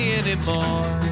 anymore